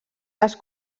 les